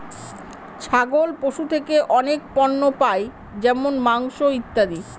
ছাগল পশু থেকে অনেক পণ্য পাই যেমন মাংস, ইত্যাদি